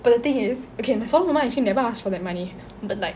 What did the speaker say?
but the thing is okay my சோல மாமா:sola maama actually never asked for that money but like